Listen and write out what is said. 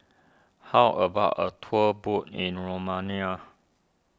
how about a tour boat in Romania